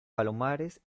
palomares